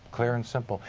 clear and simple.